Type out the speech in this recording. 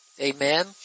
Amen